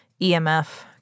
EMF